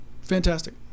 fantastic